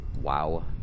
WOW